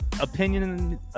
opinion –